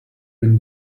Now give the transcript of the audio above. win